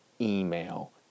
email